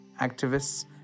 activists